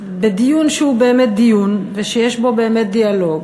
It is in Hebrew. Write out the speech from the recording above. בדיון שהוא באמת דיון, שיש בו באמת דיאלוג,